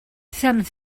some